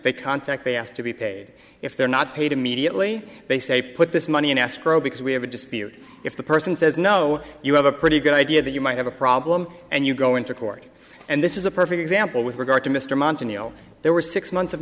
they contact they ask to be paid if they're not paid immediately they say put this money in escrow because we have a dispute if the person says no you have a pretty good idea that you might have a problem and you go into court and this is a perfect example with regard to mr mountain you know there were six months of